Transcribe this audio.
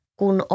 kun